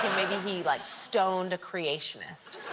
maybe he, like, stoned a creationist.